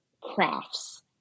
crafts